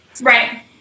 Right